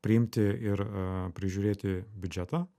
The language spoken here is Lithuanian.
priimti ir prižiūrėti biudžetą